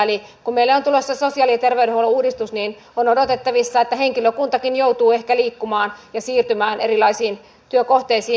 eli kun meille on tulossa sosiaali ja terveydenhuollon uudistus niin on odotettavissa että henkilökuntakin joutuu ehkä liikkumaan ja siirtymään erilaisiin työkohteisiin